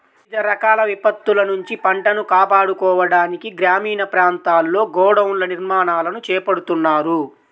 వివిధ రకాల విపత్తుల నుంచి పంటను కాపాడుకోవడానికి గ్రామీణ ప్రాంతాల్లో గోడౌన్ల నిర్మాణాలను చేపడుతున్నారు